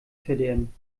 verderben